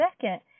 second